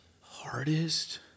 Hardest